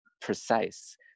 precise